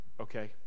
okay